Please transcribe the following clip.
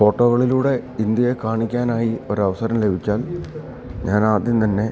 ഫോട്ടോകളിലൂടെ ഇന്ത്യയെ കാണിക്കാനായി ഒരവസരം ലഭിച്ചാൽ ഞാനാദ്യം തന്നെ